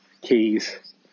keys